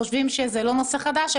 חושב שזה לא נושא חדש.